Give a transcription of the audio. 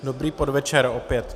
Dobrý podvečer opět.